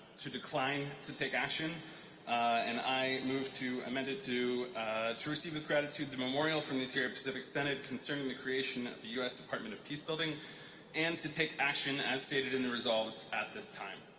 to decline to take action and i move to amend it to to receive with gratitude the memorial from the sierra pacific synod concerning the creation of the u s. department of peacebuilding and to take action as stated in the resolveds at this time.